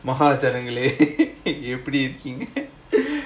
எப்படி இருக்கீங்க:eppadi irukkeenga